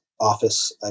office